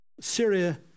Syria